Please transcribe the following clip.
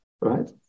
right